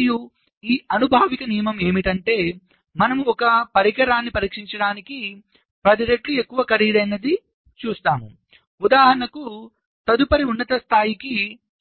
మరియు ఈ అనుభావిక నియమం ఏమిటంటే మనము ఒక పరికరాన్ని పరీక్షించడానికి 10 రెట్లు ఎక్కువ ఖరీదైనది ఉదాహరణకు తదుపరి ఉన్నత స్థాయికి